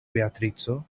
beatrico